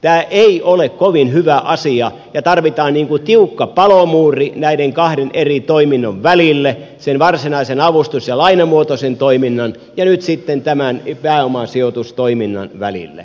tämä ei ole kovin hyvä asia ja tarvitaan tiukka palomuuri näiden kahden eri toiminnon välille sen varsinaisen avustus ja lainamuotoisen toiminnan ja nyt sitten tämän pääomasijoitustoiminnan välille